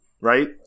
Right